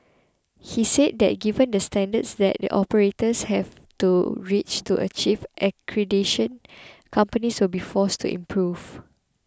he said that given the standards that operators have to reach to achieve accreditation companies will be forced to improve